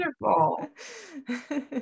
wonderful